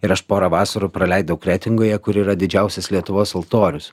ir aš porą vasarų praleidau kretingoje kur yra didžiausias lietuvos altorius